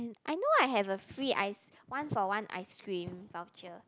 I know I have a free ice one for one ice cream voucher